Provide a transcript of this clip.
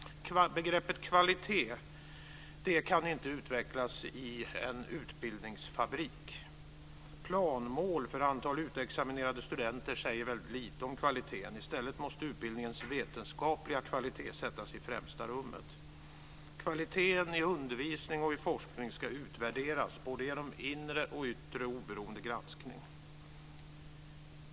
Begreppet "kvalitet" kan inte utvecklas i en utbildningsfabrik. Planmål för antal utexaminerade studenter säger väldigt lite om kvaliteten. I stället måste utbildningens vetenskapliga kvalitet sättas i främsta rummet. Kvaliteten i undervisning och forskning ska utvärderas både genom inre och yttre oberoende granskning.